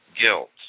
guilt